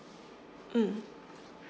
mm